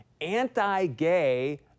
anti-gay